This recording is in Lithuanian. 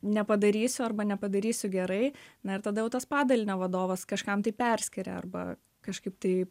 nepadarysiu arba nepadarysiu gerai na ir tada jau tas padalinio vadovas kažkam tai perskiria arba kažkaip tai